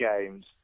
games